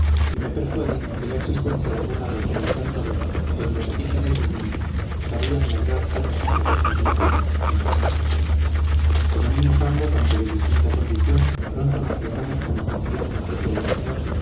y me persuadí de la existencia de alguna región encantadora donde artífices divinos sabían labrar tan hermosos ejemplares de la persona humana como niños ambos aunque de distinta condición pronto nos tratamos con la confianza propia de la edad